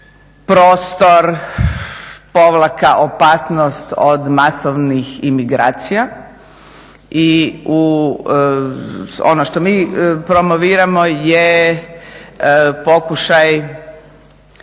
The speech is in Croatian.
prostor-opasnost od masovnih imigracija i ono što mi promoviramo je pokušaj